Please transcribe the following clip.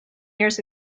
years